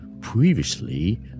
previously